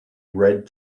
red